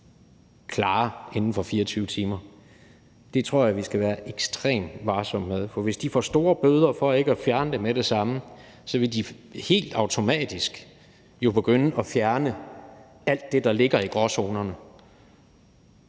klare inden for 24 timer. Det tror jeg vi skal være ekstremt varsomme med, for hvis de får store bøder for ikke at fjerne det med det samme, vil de jo helt automatisk begynde at fjerne alt det, der ligger i gråzonerne.